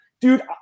Dude